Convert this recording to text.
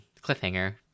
cliffhanger